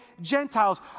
Gentiles